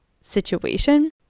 situation